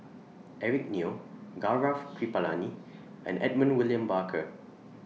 Eric Neo Gaurav Kripalani and Edmund William Barker